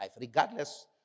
regardless